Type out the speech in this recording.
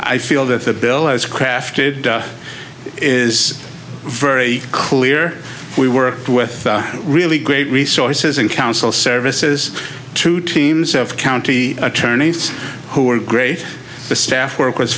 i feel that the bill as crafted is very clear we worked with really great resources and council services to teams of county attorneys who were great the staff w